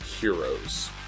Heroes